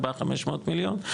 400-500 מיליון,